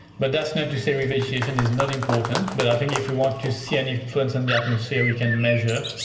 but that's not to say revegetation is not important, but i think if we want to see an influence on the atmosphere we can measure,